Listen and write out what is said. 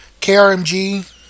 KRMG